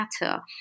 matter